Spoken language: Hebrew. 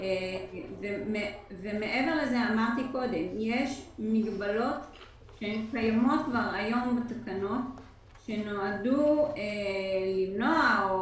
יש מגבלות שכבר קיימות היום בתקנות ונועדו למנוע או